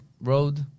road